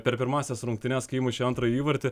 per pirmąsias rungtynes kai įmušė antrąjį įvartį